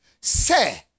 Sir